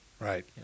Right